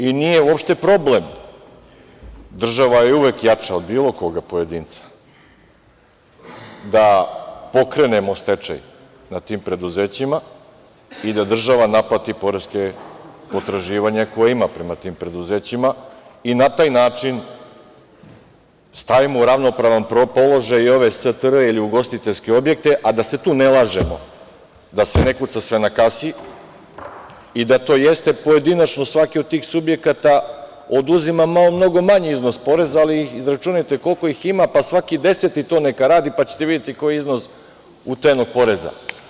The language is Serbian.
I nije uopšte problem, država je uvek jača od bilo kog pojedinca, da pokrenemo stečaj na tim preduzećima i da država naplati poreska potraživanja koja ima prema tim preduzećima i na taj način stavimo u ravnopravan položaj i ove STR ili ugostiteljske objekte, a da se tu ne lažemo, da se ne kuca sve na kasi i da to jeste pojedinačno, svaki od tih subjekata oduzima mnogo manji iznos poreza, ali izračunajte koliko ih ima, pa svaki deseti to neka radi, pa ćete videti koji iznos utajnog poreza.